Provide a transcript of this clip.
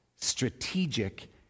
strategic